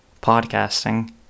podcasting